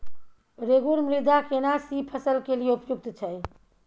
रेगुर मृदा केना सी फसल के लिये उपयुक्त छै?